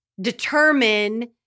determine